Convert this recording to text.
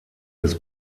des